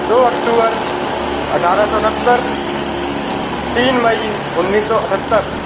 दो अक्टूबर अठारह सौ उनहत्तर तीन मई उन्नीस सौ अठत्तर